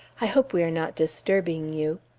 i hope we are not disturbing you?